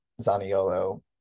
Zaniolo